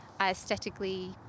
aesthetically